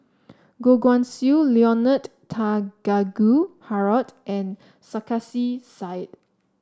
Goh Guan Siew Leonard Harrod and Sarkasi Said